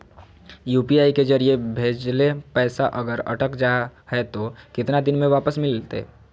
UPI के जरिए भजेल पैसा अगर अटक जा है तो कितना दिन में वापस मिलते?